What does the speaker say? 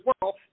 world